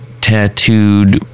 tattooed